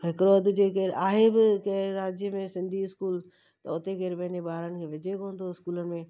हिकिड़ो अध जे केरु आहे बि कहिड़े राज्य में भई सिंधी स्कूल त उते केरु पंहिंजे ॿारनि खे विझे कोन थो स्कूल में